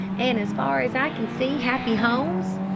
an' as far as i can see, happy homes?